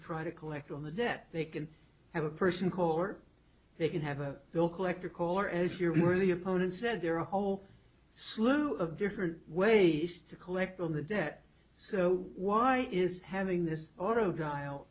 try to collect on the debt they can have a person court they can have a bill collector color as your worthy opponents that there are a whole slew of different ways to collect on the debt so why is having this auto dial